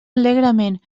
alegrement